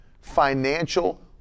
financial